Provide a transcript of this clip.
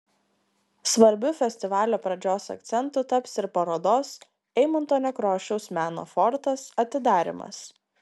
svarbiu festivalio pradžios akcentu taps ir parodos eimunto nekrošiaus meno fortas atidarymas